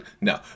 No